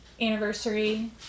anniversary